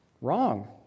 wrong